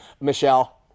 Michelle